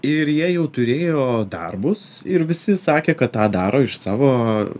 ir jie jau turėjo darbus ir visi sakė kad tą daro iš savo